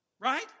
Right